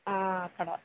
ఆ అక్కడ